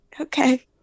okay